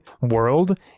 world